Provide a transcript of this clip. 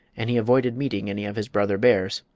and he avoided meeting any of his brother bears.